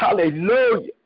Hallelujah